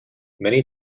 many